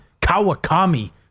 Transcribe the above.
Kawakami